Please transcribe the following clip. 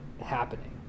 happening